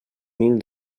mil